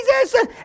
Jesus